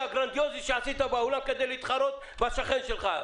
הגרנדיוזי שעשית באולם כדי להתחרות בשכן שלך.